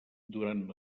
durant